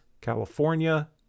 California